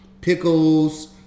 pickles